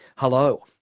hello.